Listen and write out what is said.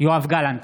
יואב גלנט,